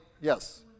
Yes